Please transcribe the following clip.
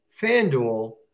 FanDuel